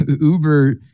Uber